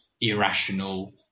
irrational